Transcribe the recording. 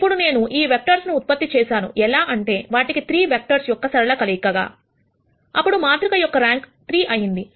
ఇప్పుడు నేను ఈ వెక్టర్స్ ను ఉత్పత్తి చేశాను ఎలా అంటే వాటిని 3 వెక్టర్స్ యొక్క సరళ కలయికగా అప్పుడు మాతృక యొక్క ర్యాంక్ 3 అయింది